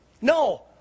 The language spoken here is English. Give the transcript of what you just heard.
No